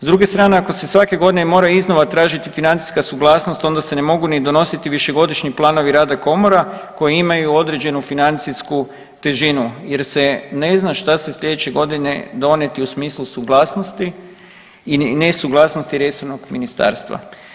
S druge strane, ako se svake godine mora iznova tražiti financijska suglasnost, onda se ne mogu donositi ni višegodišnji planovi rada komora koji imaju određenu financijsku težinu jer se ne zna šta se sljedeće godine donijeti u smislu suglasnosti i nesuglasnosti resornog ministarstva.